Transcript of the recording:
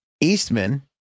Eastman